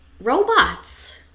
robots